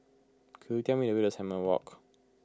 could you tell me the way to Simon Walk